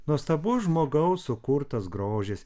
nuostabus žmogaus sukurtas grožis